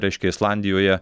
reiškia islandijoje